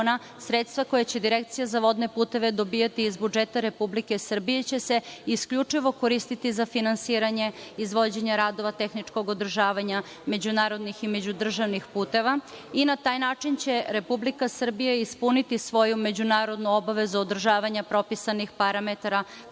sredstva koja će Direkcija za vodne puteve dobijati iz budžeta Republike Srbije će se isključivo koristiti za finansiranje izvođenja radova tehničkog održavanja međunarodnih i međudržavnih puteva i na taj način će Republika Srbija ispuniti svoju međunarodnu obavezu održavanja propisanih parametara